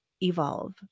evolve